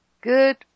good